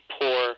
poor